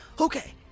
Okay